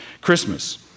Christmas